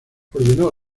ordenó